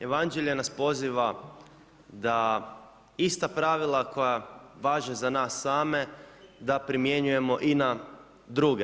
Evanđelje nas poziva da ista pravila koja važe za nas same, da primijenjujemo i na druge.